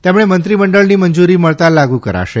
તેને મંત્રીમંડળની મંજૂરી મળતાં લાગુ કરાશે